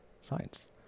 science